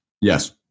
Yes